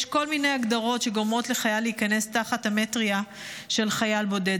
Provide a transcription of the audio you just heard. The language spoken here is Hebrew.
יש כל מיני הגדרות שגורמות לחייל להיכנס תחת המטריה של חייל בודד.